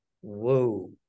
whoa